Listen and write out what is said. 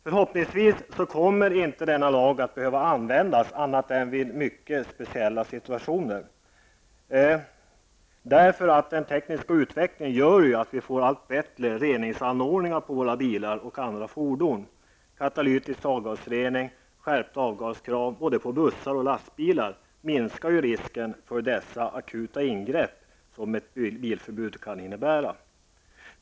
Förhoppningsvis kommer denna lag inte att behöva användas annat än vid mycket speciella situationer. Den tekniska utvecklingen gör ju att vi får allt bättre reningsanordningar på våra bilar och andra fordon. Katalytisk avgasrening och en skärpning av kraven när det gäller både bussars och lastbilars avgaser minskar risken för dessa akuta ingrepp.